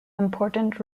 important